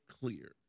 clear